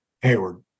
Hayward